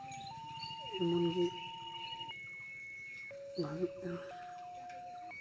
ᱮᱢᱚᱱᱜᱮ ᱵᱟᱝ ᱦᱩᱭᱩᱜ ᱠᱟᱱᱟ